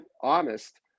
honest